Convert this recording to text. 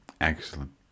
Excellent